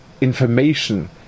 information